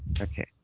Okay